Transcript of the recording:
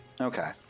Okay